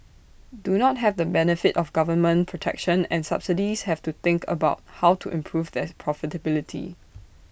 do not have the benefit of government protection and subsidies have to think about how to improve their profitability